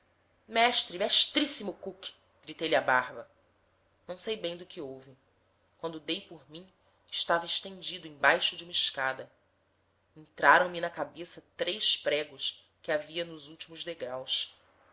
bravura mestre mestríssimo cook gritei lhe à barba não sei bem do que houve quando dei por mim estava estendido embaixo de uma escada entraram me na cabeça três pregos que havia nos últimos degraus